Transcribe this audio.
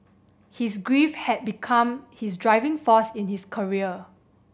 his grief had become his driving force in his career